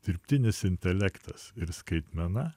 dirbtinis intelektas ir skaitmena